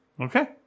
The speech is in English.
Okay